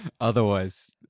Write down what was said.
otherwise